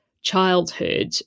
childhood